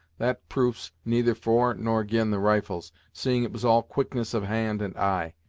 that proof's neither for nor ag'in the rifles, seeing it was all quickness of hand and eye.